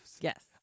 Yes